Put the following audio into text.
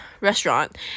restaurant